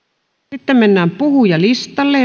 nytten mennään puhujalistalle